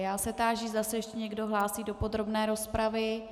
Táži se, zda se ještě někdo hlásí do podrobné rozpravy.